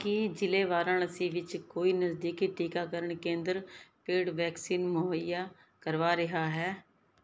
ਕੀ ਜ਼ਿਲ੍ਹੇ ਵਾਰਾਣਸੀ ਵਿੱਚ ਕੋਈ ਨਜ਼ਦੀਕੀ ਟੀਕਾਕਰਨ ਕੇਂਦਰ ਪੇਡ ਵੈਕਸੀਨ ਮੁਹੱਈਆ ਕਰਵਾ ਰਿਹਾ ਹੈ